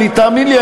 תאמין לי,